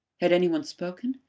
had any one spoken?